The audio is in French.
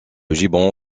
gibbon